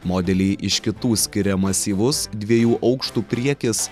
modelį iš kitų skiria masyvus dviejų aukštų priekis